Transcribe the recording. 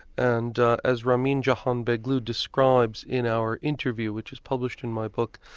and as ramin jahanbegloo describes in our interview, which is published in my book,